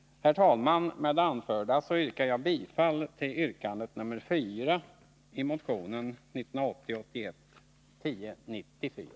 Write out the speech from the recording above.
Herr talman! Med det anförda yrkar jag bifall till yrkande 4 i motion 1980/81:1094.